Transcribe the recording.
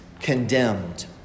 condemned